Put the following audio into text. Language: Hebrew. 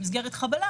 במסגרת חבלה,